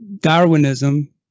Darwinism